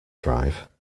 drive